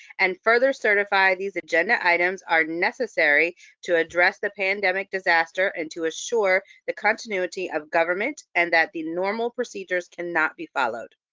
and further certify these agenda items are necessary to address the pandemic disaster, and to assure the continuity of government, and that the normal procedures cannot be followed.